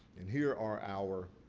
and, here are our